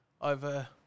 over